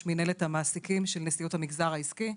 מנהלת המעסיקים של נשיאות המגזר העסקי.